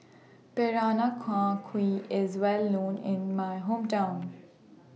Peranakan Kueh IS Well known in My Hometown